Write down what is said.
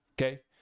okay